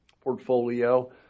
portfolio